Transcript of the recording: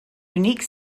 unique